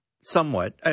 Somewhat